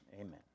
amen